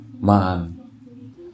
Man